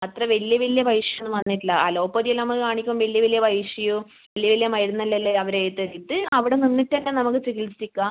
അത്ര വലിയ വലിയ പൈസ ഒന്നും വന്നിട്ടില്ല അലോപ്പതി എല്ലാം നമ്മൾ കാണിക്കുമ്പോൾ വലിയ വലിയ പൈസയും വലിയ വലിയ മരുന്ന് എല്ലമല്ലേ അവർ എഴുതി തെരുത്ത് അവിടെ നിന്നിട്ട് തന്നെ നമ്മൾക്ക് ചികിൽസിക്കാം